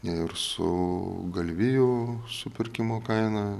ir su galvijų supirkimo kaina